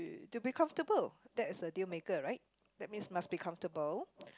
to be comfortable that is a deal maker right that means must be comfortable